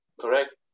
correct